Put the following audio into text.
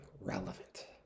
relevant